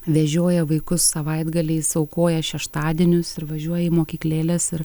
vežioja vaikus savaitgaliais aukoja šeštadienius ir važiuoja į mokyklėles ir